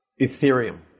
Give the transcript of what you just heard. Ethereum